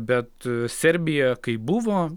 bet serbija kaip buvo